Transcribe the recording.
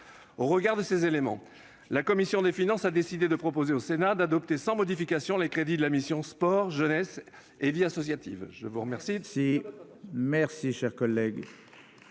Au regard de ces éléments, la commission des finances a décidé de proposer au Sénat d'adopter sans modification les crédits de la mission « Sport, jeunesse et vie associative ». La parole est à M. le rapporteur